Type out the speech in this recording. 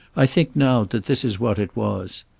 i think, now, that this is what it was.